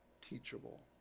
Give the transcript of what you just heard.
teachable